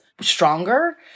stronger